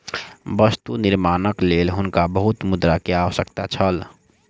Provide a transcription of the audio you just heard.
वस्तु निर्माणक लेल हुनका बहुत मुद्रा के आवश्यकता छल